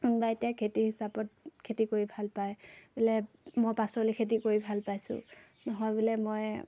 কোনোবাই এতিয়া খেতি হিচাপত খেতি কৰি ভাল পায় বোলে মই পাচলি খেতি কৰি ভাল পাইছোঁ নহয় বোলে মই